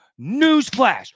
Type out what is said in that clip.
Newsflash